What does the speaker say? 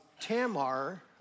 Tamar